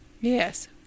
Yes